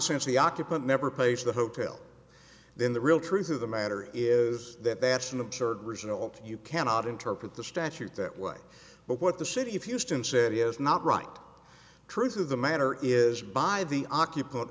since the occupant never pays the hotel then the real truth of the matter is that that's an absurd result you cannot interpret the statute that way but what the city of houston said he has not right truth of the matter is by the occup